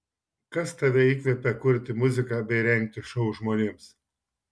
kas tave įkvepia kurti muziką bei rengti šou žmonėms